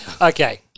Okay